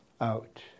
out